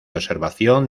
observación